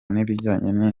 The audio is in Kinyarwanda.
n’ibijyanye